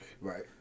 Right